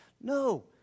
No